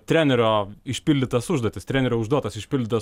trenerio išpildytas užduotis trenerio užduotas išpildytas